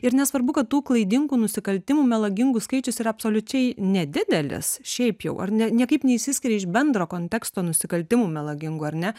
ir nesvarbu kad tų klaidingų nusikaltimų melagingų skaičius yra absoliučiai nedidelis šiaip jau ar niekaip neišsiskiria iš bendro konteksto nusikaltimų melagingų ar ne